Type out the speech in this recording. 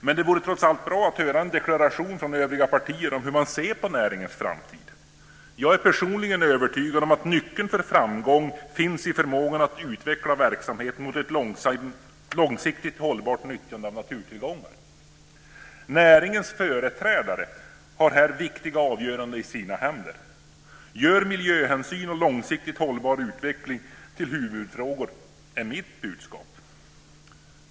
Men det vore trots allt bra att få en deklaration från övriga partier om deras syn på näringens framtid. Jag är personligen övertygad om att nyckeln till framgång finns i förmågan att utveckla verksamheten mot ett långsiktigt hållbart nyttjande av naturtillgångar. Näringens företrädare har här viktiga avgöranden i sina händer. Gör miljöhänsyn och långsiktigt hållbar utveckling till huvudfrågor, är mitt budskap.